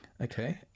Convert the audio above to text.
Okay